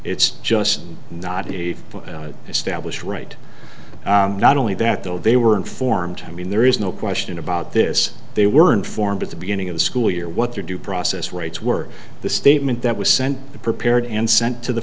it's just not a establish right not only that though they were informed i mean there is no question about this they were informed at the beginning of the school year what their due process rights were the statement that was sent the prepared and sent to the